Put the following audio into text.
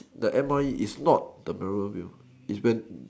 the M_R_E is not the memorable meal is when